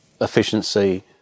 efficiency